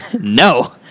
No